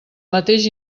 mateix